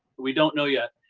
we don't know yet.